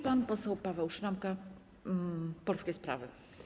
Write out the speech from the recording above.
Pan poseł Paweł Szramka, Polskie Sprawy.